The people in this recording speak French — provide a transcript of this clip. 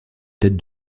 tête